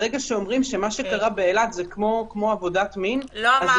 ברגע שאומרים שמה שקרה באילת זה כמו עבודת מין -- לא אמרתי שזה כמו.